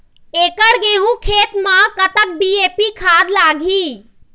एकड़ गेहूं खेत म कतक डी.ए.पी खाद लाग ही?